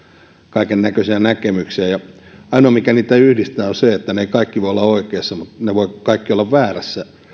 kaikennäköisiä näkemyksiä ainoa mikä niitä yhdistää on se että ne kaikki eivät voi olla oikeassa mutta ne voivat kaikki olla väärässä